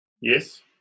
yes